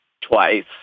twice